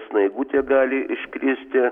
snaigutė gali iškristi